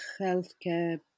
healthcare